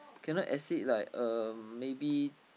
cannot exceed like um maybe